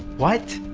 what?